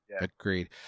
Agreed